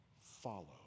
follow